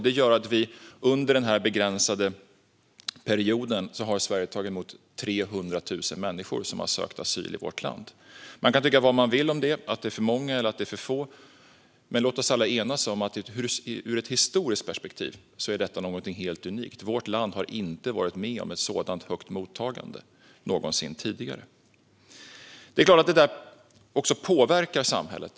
Det gör att under denna begränsade period har Sverige tagit emot 300 000 människor som har sökt asyl i vårt land. Man kan tycka vad man vill om det, att det är för många eller att det är för få. Men låt oss alla enas om att ur ett historiskt perspektiv är detta något helt unikt. Vårt land har inte någonsin tidigare varit med om ett sådant högt mottagande. Det är klart att det här påverkar samhället.